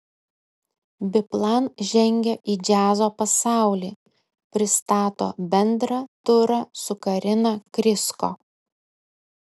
biplan žengia į džiazo pasaulį pristato bendrą turą su karina krysko